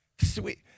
Sweet